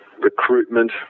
recruitment